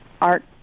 art